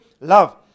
love